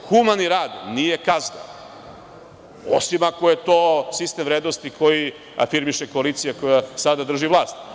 Humani rad nije kazna, osim ako je to sistem vrednosti koji afirmiše koalicija koja sada drži vlast.